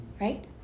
Right